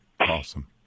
Awesome